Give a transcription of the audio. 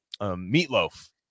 meatloaf